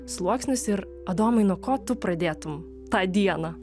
sluoksnius ir adomui nuo ko tu pradėtum tą dieną